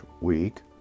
week